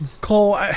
Cole